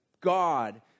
God